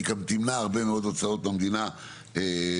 והיא גם תימנע הרבה מאוד הוצאות במדינה בעתיד.